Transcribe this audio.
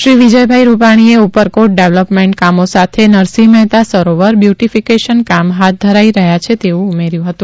શ્રી વિજય રૂપાણીએ ઉપરકોટ ડેવલપમેન્ટ કામો સાથે નરસિંહ મહેતા સરોવર બ્યૂટી ફિકેશન કામ હાથ ધરાઈ રહ્યાં છે તેવું ઉમેર્યું હતું